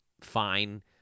fine